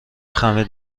خمیر